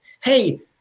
Hey